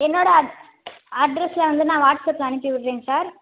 என்னோடய அட்ரஸை வந்து நான் வாட்ஸ்அப்பில் அனுப்பிவிட்றேன் சார்